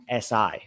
SI